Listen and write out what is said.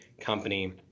company